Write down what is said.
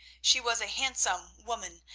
she was a handsome woman,